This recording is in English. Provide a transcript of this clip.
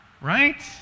right